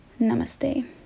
Namaste